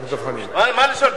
מה נשאל?